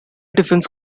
defense